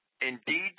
indeed